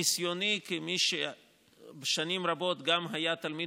מניסיוני כמי שבשנים רבות גם היה תלמיד